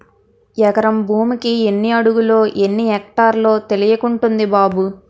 ఎకరం భూమికి ఎన్ని అడుగులో, ఎన్ని ఎక్టార్లో తెలియకుంటంది బాబూ